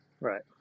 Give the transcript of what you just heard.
right